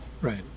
right